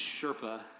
Sherpa